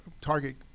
Target